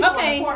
Okay